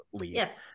Yes